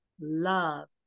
love